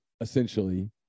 essentially